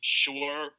sure